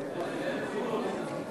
לאיזה ציבור, ניסן?